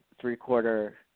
three-quarter